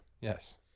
Yes